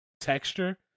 texture